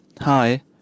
Hi